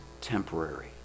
temporary